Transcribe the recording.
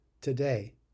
today